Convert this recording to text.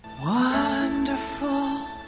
Wonderful